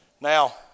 Now